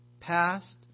past